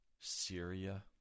Syria